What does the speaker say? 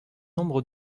nombre